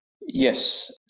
yes